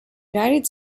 united